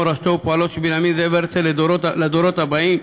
מורשתו ופועלו של בנימין זאב הרצל לדורות הבאים,